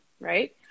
right